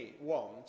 want